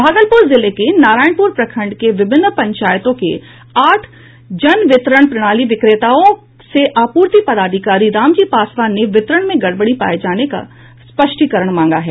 भागलपुर जिले के नारायणपुर प्रखंड के विभिन्न पंचायतों के आठ जन वितरण प्रणाली विक्रेताओं से आपूर्ति पदाधिकारी रामजी पासवान ने वितरण में गड़बड़ी पाये जाने पर स्पष्टीकरण मांगा है